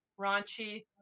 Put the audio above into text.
raunchy